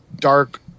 dark